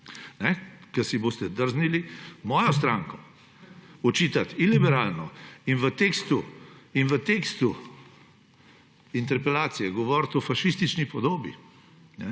Ko se boste drznili moji stranki očitati iliberalno in v tekstu interpelacije govoriti o fašistični podobi,